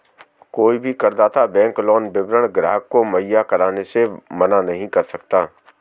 कोई भी करदाता बैंक लोन विवरण ग्राहक को मुहैया कराने से मना नहीं कर सकता है